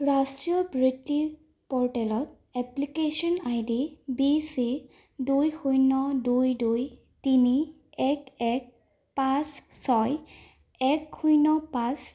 ৰাষ্ট্ৰীয় বৃত্তি প'ৰ্টেলত application I D B C দুই শূন্য দুই দুই তিনি এক এক পাঁচ ছয় এক শূন্য পাঁচ